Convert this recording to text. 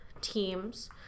teams